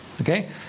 okay